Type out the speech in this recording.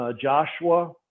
Joshua